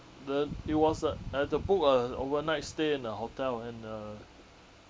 the it was uh I had to book a overnight stay in a hotel and uh